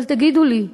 תגידו לי,